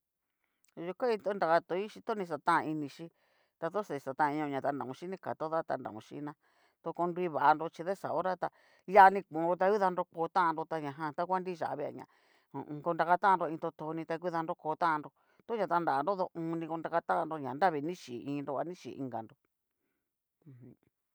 Yu'u kain ta nrakatoinchí to ña ni xatán inixhíi, ta to xani xataninion na tanraon xhín nigan toda tanraon xhiinna, to konrui vaonro to ko ta xa hora tá, liani konnro ta hu danroko tannro, ta ñajan ta va nriyavia ña ho o on. konrakatanro iin totoni ta hu danrokotanró, to'ña tanranro tu oni korakatannró ña nravi ni xhí iinnro a ni chí inganro u jum.